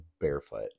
barefoot